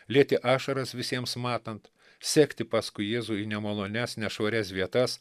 lieti ašaras visiems matant sekti paskui jėzų į nemalonias nešvarias vietas